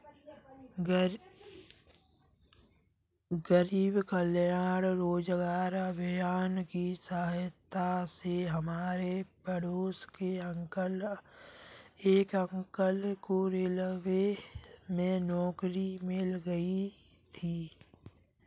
गरीब कल्याण रोजगार अभियान की सहायता से हमारे पड़ोस के एक अंकल को रेलवे में नौकरी मिल गई थी